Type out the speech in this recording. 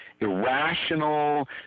irrational